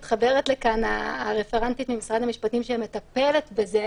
מתחברת לכאן הרפרנטית ממשרד המשפטים שמטפלת בזה,